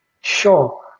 Sure